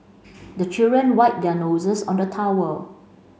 the children wipe their noses on the towel